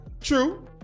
True